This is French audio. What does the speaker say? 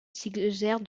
suggère